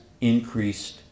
increased